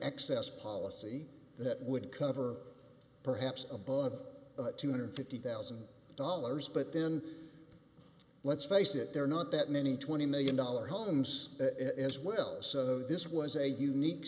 access policy that would cover perhaps above two hundred and fifty thousand dollars but then let's face it there are not that many twenty million dollars homes as well so this was a unique